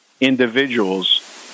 individuals